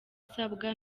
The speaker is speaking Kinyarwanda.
usabwa